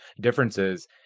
differences